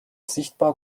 sichtbar